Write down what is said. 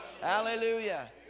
Hallelujah